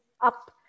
up